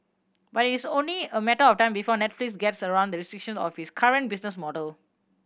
but it is only a matter of time before Netflix gets around the restriction of its current business model